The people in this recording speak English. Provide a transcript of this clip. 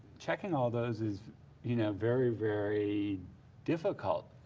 checking all those is you know very, very difficult.